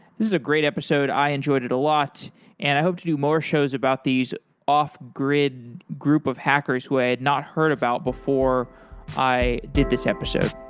this is a great episode, i enjoyed it a lot and i hope to do more shows about these off-grid group of hackers who i had not heard about before i did this episode.